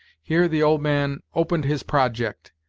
here the old man opened his project,